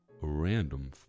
random